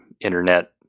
internet